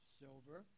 silver